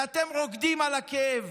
ואתם רוקדים על הכאב,